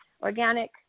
organic